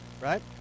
right